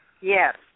Yes